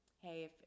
hey